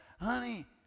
Honey